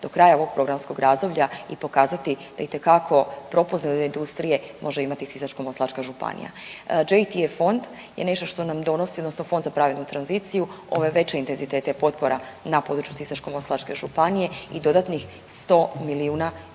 do kraja ovog programskog razdoblja i pokazati da itekako propulzivne industrije može imati i Sisačko-moslavačka županija. …/Govornica se ne razumije./… fond je nešto što nam donosi, odnosno fond za pravednu tranziciju ove veće intenzitete potpora na području Sisačko-moslavačke županije i dodatnih 100 milijuna eura